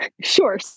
sure